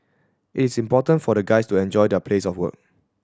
it's important for the guys to enjoy their place of work